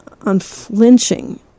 unflinching